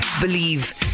believe